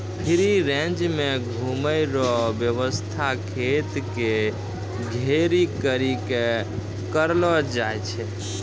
free range मे घुमै रो वेवस्था खेत के घेरी करी के करलो जाय छै